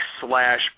slash